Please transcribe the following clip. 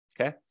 okay